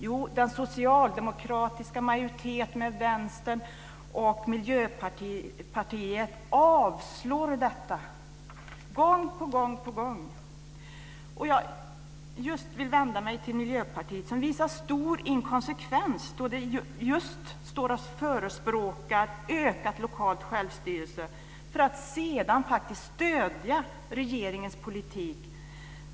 Jo, den socialdemokratiska majoriteten med Vänstern och Miljöpartiet avslår detta gång på gång. Jag vill vända mig till just Miljöpartiet, som visar stor inkonsekvens när de står och förespråkar ökad lokal självstyrelse för att sedan faktiskt stödja regeringens politik.